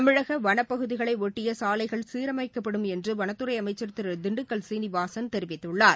தமிழக வனப்பகுதிகளையொட்டிய சாலைகள் சீரமைக்கப்படும் என்று வனத்துறை அமைச்சர் திரு திண்டுக்கல் சீனிவாசன் தெரிவித்துள்ாளர்